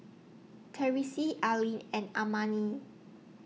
Therese Allyn and Amani